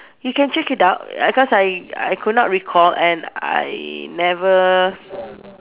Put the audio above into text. you can check it out uh cause I I could not recall and I never